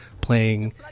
playing